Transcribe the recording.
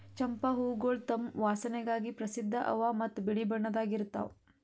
ಚಂಪಾ ಹೂವುಗೊಳ್ ತಮ್ ವಾಸನೆಗಾಗಿ ಪ್ರಸಿದ್ಧ ಅವಾ ಮತ್ತ ಬಿಳಿ ಬಣ್ಣದಾಗ್ ಇರ್ತಾವ್